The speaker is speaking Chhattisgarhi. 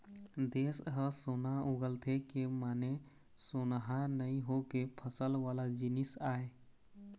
देस ह सोना उगलथे के माने सोनहा नइ होके फसल वाला जिनिस आय